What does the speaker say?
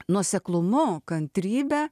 nuoseklumu kantrybe